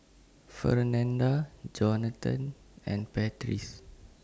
Fernanda Johathan and Patrice